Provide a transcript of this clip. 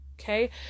Okay